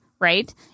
Right